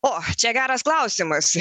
o čia geras klausimas